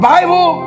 Bible